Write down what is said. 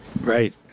Right